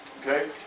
okay